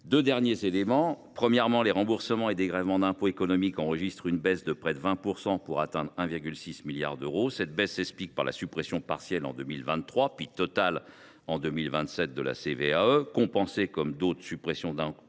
ajoutée des entreprises (CVAE). Les remboursements et dégrèvements d’impôts économiques enregistrent quant à eux une baisse de près de 20 %, pour se limiter à 1,6 milliard d’euros. Cette baisse s’explique par la suppression partielle en 2023, puis totale en 2027, de la CVAE, compensée, comme d’autres suppressions d’impôts